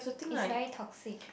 is very toxic